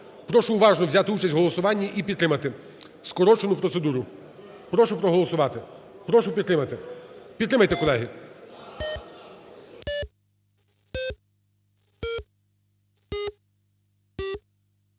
прошу уважно взяти участь в голосуванні і підтримати скорочену процедуру. Прошу проголосувати. Прошу підтримати. Підтримайте, колеги.